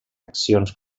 accions